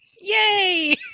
yay